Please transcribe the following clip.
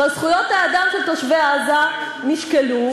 וזכויות האדם של תושבי עזה נשקלו,